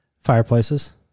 Fireplaces